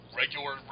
regular